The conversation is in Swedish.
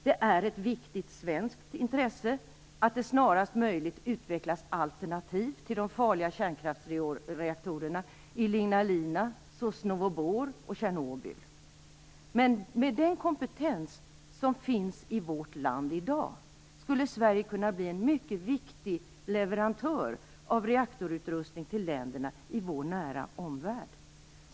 Det är ett viktigt svenskt intresse att det snarast möjligt utvecklas alternativ till de farliga kärnkraftsreaktorerna i Ignalina, Med den kompetens som finns i vårt land i dag skulle Sverige kunna bli en mycket viktig leverantör av reaktorutrustning till länderna i vår nära omvärld.